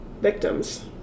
victims